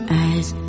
eyes